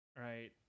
right